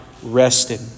Rested